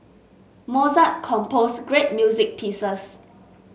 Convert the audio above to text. Mozart composed great music pieces